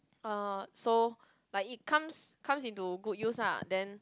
uh so like it comes comes into good use ah then